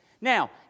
Now